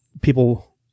people